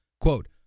Quote